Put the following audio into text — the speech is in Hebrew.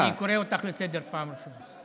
קטי, אני קורא אותך לסדר פעם ראשונה.